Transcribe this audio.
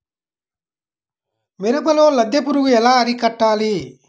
మిరపలో లద్దె పురుగు ఎలా అరికట్టాలి?